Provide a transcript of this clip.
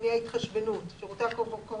יופחת מהתשלום של קופת החולים לבית החולים בעד אשפוז